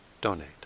donate